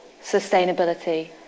sustainability